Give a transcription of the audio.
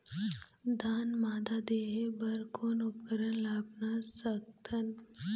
धान मादा देहे बर कोन उपकरण ला अपना सकथन?